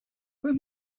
were